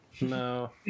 No